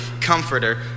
comforter